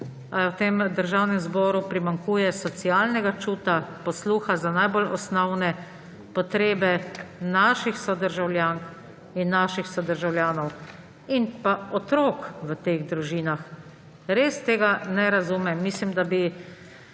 v tem državnem zboru primanjkuje socialnega čuta, posluha za najbolj osnovne potrebe naših sodržavljank in naših sodržavljanov in otrok v teh družinah. Res tega ne razumem. Mislim, da bi